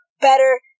better